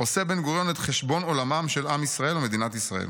עושה בן-גוריון את חשבון עולמם של עם ישראל ומדינת ישראל.